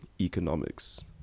economics